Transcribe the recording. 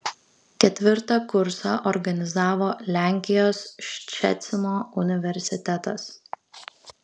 ketvirtą kursą organizavo lenkijos ščecino universitetas